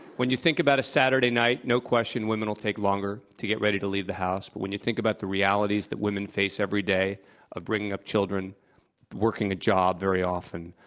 when you think about a saturday night, no question women will take longer to get ready to leave the house. but when you think about the realities that women face every day of bringing up children, of working a job very often,